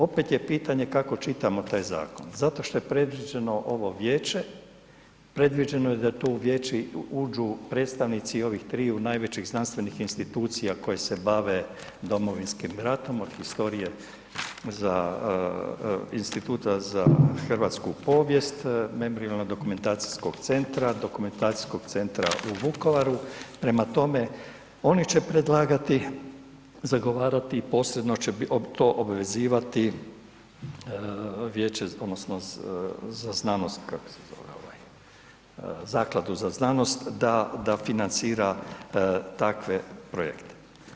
Opet je pitanje kako čitamo taj zakon zato što je predviđeno ovo Vijeće, predviđeno je da tu Vijeće uđu predstavnici ovih triju najvećih znanstvenih institucija koje se bave Domovinskim ratom od historije za, Instituta za hrvatsku povijest, Memorijalno-dokumentacijskog centra, dokumentacijskog centra u Vukovaru, prema tome, oni će predlagati, zagovarati i posredno će to obvezivati vijeće, odnosno za znanost, kako se zove ovaj, Zakladu za znanost, da financira takve projekte.